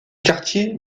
quartier